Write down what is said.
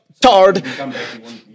tard